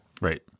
right